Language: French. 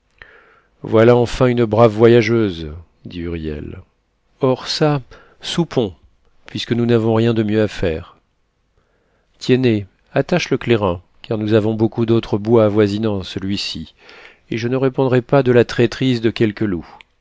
voilà enfin une brave voyageuse dit huriel or çà soupons puisque nous n'avons rien de mieux à faire tiennet attache le clairin car nous avons beaucoup d'autres bois avoisinant celui-ci et je ne répondrais pas de la traîtrise de quelque loup